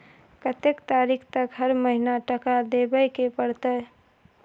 कत्ते तारीख तक हर महीना टका देबै के परतै?